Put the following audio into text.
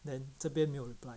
then 这边没有 reply